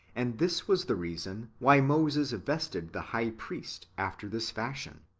and this was the reason why moses vested the high priest after this fashion.